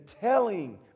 telling